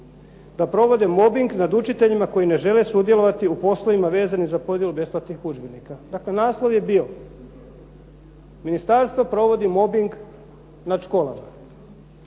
da provode mobing nad učiteljima koji ne žele sudjelovati u poslovima vezanim za podjelu besplatnih udžbenika. Dakle, naslov je bio "Ministarstvo provodi mobing nad školama".